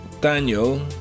daniel